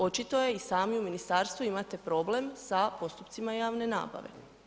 Očito i sami u ministarstvu imate problem sa postupcima javne nabave.